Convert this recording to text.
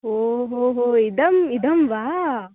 ओ हो हो इदम् इदं वा